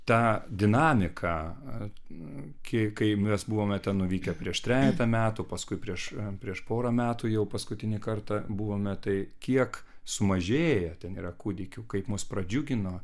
tą dinamiką kai kai mes buvome ten nuvykę prieš trejetą metų paskui prieš prieš porą metų jau paskutinį kartą buvome tai kiek sumažėję ten yra kūdikių kaip mus pradžiugino